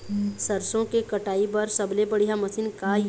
सरसों के कटाई बर सबले बढ़िया मशीन का ये?